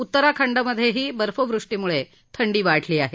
उत्तराखंडामधेही बर्फवृष्टीमुळे थंडी वाढली आहे